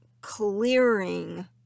clearing